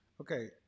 Okay